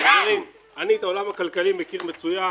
חברים, אני את העולם הכלכלי מכיר מצוין.